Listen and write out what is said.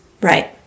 Right